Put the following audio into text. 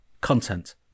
Content